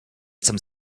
some